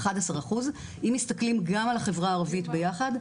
11%. אם מסתכלים גם על החברה הערבית ביחד,